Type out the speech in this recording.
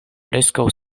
preskaŭ